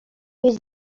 jest